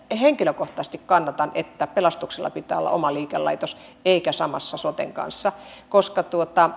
ja ja henkilökohtaisesti kannatan että esimerkiksi pelastuksella pitää olla oma liikelaitos eikä samassa soten kanssa koska